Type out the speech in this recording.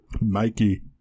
Mikey